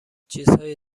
چیزهای